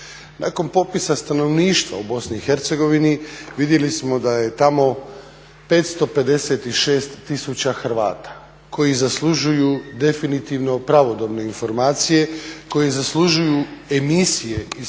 Nakon popisa stanovništva u BiH, vidjeli smo da je tamo 556 tisuća Hrvata koji zaslužuju definitivno pravodobne informacije, koji zaslužuju emisije iz toga